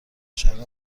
شهر